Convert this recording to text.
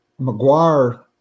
McGuire